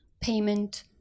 payment